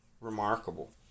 remarkable